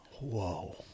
Whoa